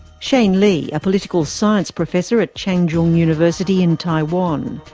shane lee, a political science professor at chang jung university in taiwan.